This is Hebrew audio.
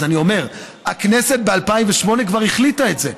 אז אני אומר: הכנסת כבר ב-2008 החליטה את זה.